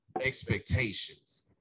expectations